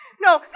No